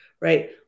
right